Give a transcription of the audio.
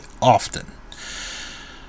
often